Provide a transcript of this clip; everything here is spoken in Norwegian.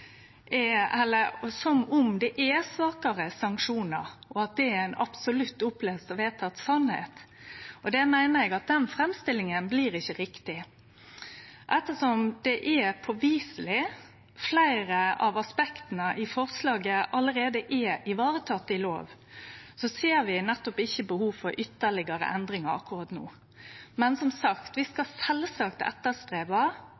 og vedteke. Eg meiner at den framstillinga ikkje er riktig. Ettersom fleire av aspekta i forslaget påviseleg allereie er varetekne i loven, ser vi ikkje behov for ytterlegare endringar akkurat no. Men som sagt: Vi